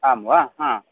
आं वा हा